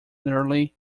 nearly